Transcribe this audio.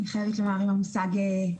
אני חייבת לעמוד על הרגליים.